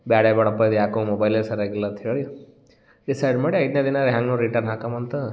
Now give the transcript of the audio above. ಬ್ಯಾಡ್ವೇ ಬೇಡಪ್ಪ ಇದು ಯಾಕೋ ಮೊಬೈಲೇ ಸರಿಯಾಗಿಲ್ಲ ಅಂತ್ಹೇಳಿ ಡಿಸೈಡ್ ಮಾಡಿ ಐದನೇ ದಿನ ಹೇಗೂ ರಿಟರ್ನ್ ಹಾಕಣ ಅಂತ